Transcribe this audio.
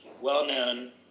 well-known